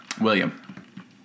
William